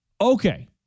Okay